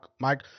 Mike